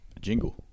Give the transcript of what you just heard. jingle